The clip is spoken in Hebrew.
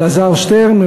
אלעזר שטרן,